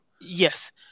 Yes